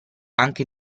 anche